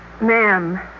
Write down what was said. ma'am